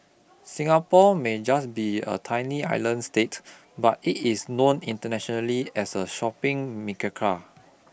Singapore may just be a tiny island state but it is known internationally as a shopping